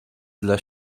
dla